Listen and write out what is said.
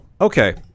okay